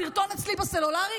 הסרטון אצלי בסלולרי,